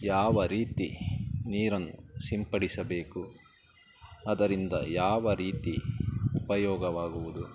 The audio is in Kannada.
ಯಾವ ರೀತಿ ನೀರನ್ನು ಸಿಂಪಡಿಸಬೇಕು ಅದರಿಂದ ಯಾವ ರೀತಿ ಉಪಯೋಗವಾಗುವುದು